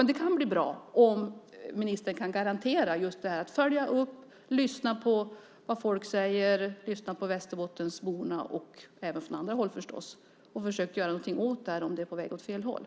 Men det kan bli bra om ministern kan garantera att man följer upp det, lyssnar på vad folk säger, lyssnar på Västerbottensborna - även från andra håll förstås - och försöker göra något åt det om det är på väg åt fel håll.